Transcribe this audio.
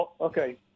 Okay